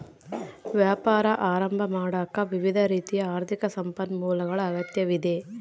ವ್ಯಾಪಾರ ಆರಂಭ ಮಾಡಾಕ ವಿವಿಧ ರೀತಿಯ ಆರ್ಥಿಕ ಸಂಪನ್ಮೂಲಗಳ ಅಗತ್ಯವಿದೆ